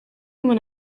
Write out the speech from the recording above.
when